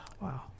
Wow